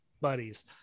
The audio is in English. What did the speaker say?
buddies